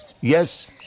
Yes